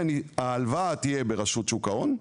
ההלוואה תהיה ברשות שוק ההון,